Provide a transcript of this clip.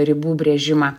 ribų brėžimą